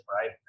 right